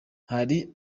hari